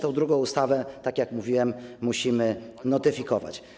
Tę drugą ustawę, tak jak mówiłem, musimy notyfikować.